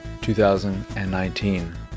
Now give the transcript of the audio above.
2019